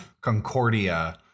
Concordia